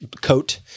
coat